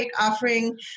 offering